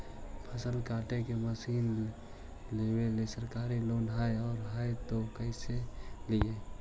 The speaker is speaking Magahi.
फसल काटे के मशीन लेबेला सरकारी लोन हई और हई त एकरा कैसे लियै?